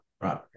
right